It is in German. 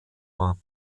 war